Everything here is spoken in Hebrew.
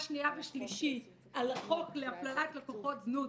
שנייה ושלישית על החוק להפללת לקוחות זנות,